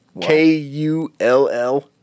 K-U-L-L